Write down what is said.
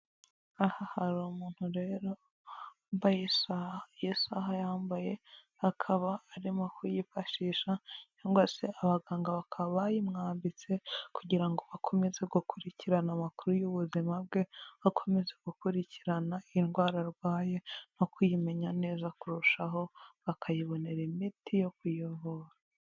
Aha hari umuntu rero wambaye isaha. Iyo saha yambaye akaba arimo kuyifashisha, cyangwa se abaganga bakaba bayimwambitse kugira ngo akomeze gukurikirana amakuru y'ubuzima bwe, bakomezaze gukurikirana indwara arwaye, no kuyimenya neza kurushaho, bakayibonera imiti yo kuyivura.